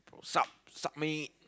sup sup mate